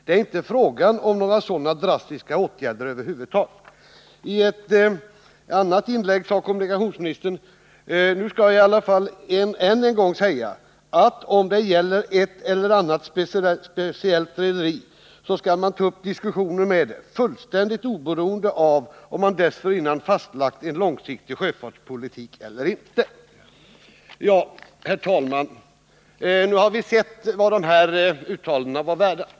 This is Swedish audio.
Det är inte fråga om några sådana drastiska åtgärder över huvud taget.” I ett annat inlägg sade kommunikationsministern: ”Nu skall jag i alla fall än en gång säga, att om det gäller ett eller annat speciellt rederi, så skall man ta upp diskussionen med dei, fullständigt oberoende av om man dessförinnan fastlagt en långsiktig sjöfartspolitik eller inte.” Herr talman! Nu har vi sett vad de här uttalandena var värda.